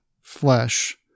flesh